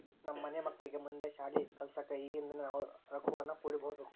ನಮ್ಮ ಮನೆ ಮಕ್ಕಳಿಗೆ ಮುಂದೆ ಶಾಲಿ ಕಲ್ಸಕ ಈಗಿಂದನೇ ನಾವು ರೊಕ್ವನ್ನು ಕೂಡಿಡಬೋದು